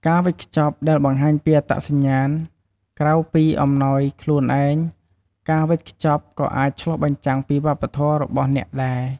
ការវេចខ្ចប់ដែលបង្ហាញពីអត្តសញ្ញាណ: ក្រៅពីអំណោយខ្លួនឯង ការវេចខ្ចប់ក៏អាចឆ្លុះបញ្ចាំងពីវប្បធម៌របស់អ្នកដែរ។